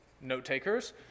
note-takers